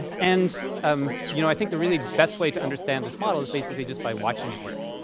and um you know, i think the really best way to understand this model is basically just by watching it work,